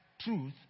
truth